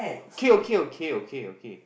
okay okay okay okay okay